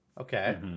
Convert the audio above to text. Okay